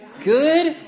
Good